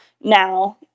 now